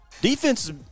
Defense